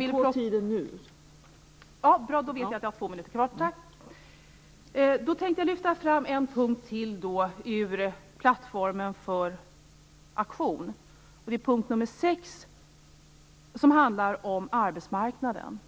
Jag tänkte lyfta fram en punkt till ur plattformen för aktion. Det är punkt nr 6 som handlar om